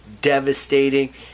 devastating